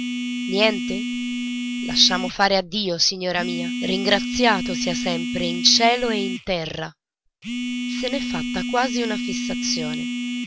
niente lasciamo fare a dio signora mia ringraziato sia sempre in cielo e in terra se n'è fatta quasi una fissazione